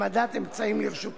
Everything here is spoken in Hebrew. הטרור, בפעילותם